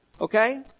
Okay